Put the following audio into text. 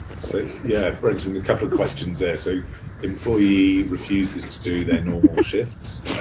so yeah, brenton, a couple of questions there. so employee refuses to do their normal shifts.